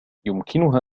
يمكنها